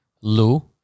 Lou